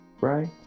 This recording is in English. right